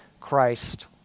Christ